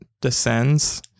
descends